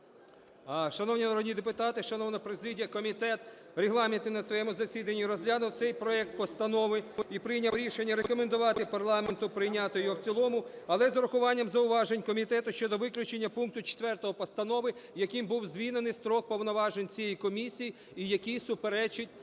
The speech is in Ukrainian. Шановні народні депутати, шановна президія! Комітет регламентний на своєму засіданні розглянув цей проект постанови і прийняв рішення рекомендувати парламенту прийняти його в цілому, але з урахуванням зауважень комітету щодо виключення пункту 4 постанови, яким був змінений строк повноважень цієї комісії, і який суперечить